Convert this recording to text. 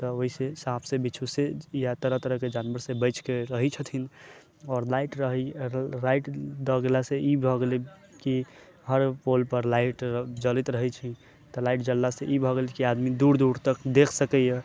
तऽ ओहिसँ साँपसँ बिच्छूसँ या तरह तरहके जानवरसँ बचिके रहै छथिन आओर लाइट रहैए लाइट दऽ देलासँ ई भऽ गेलै कि हर पोलपर लाइट जड़ैत रहै छै तऽ लाइट जड़लासँ ई भऽ गेल कि आदमी दूर दूरतक देख सकैए